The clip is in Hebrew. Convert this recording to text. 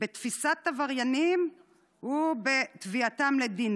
בתפיסת עבריינים ובתביעתם לדין,